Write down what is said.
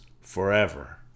forever